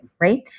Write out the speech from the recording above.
right